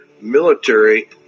military